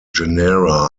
genera